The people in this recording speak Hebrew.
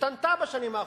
השתנתה בשנים האחרונות.